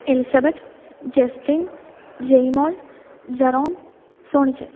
Elizabeth Justin Jaimon Jerome Sonichan